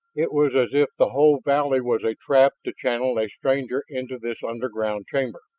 it was as if the whole valley was a trap to channel a stranger into this underground chamber.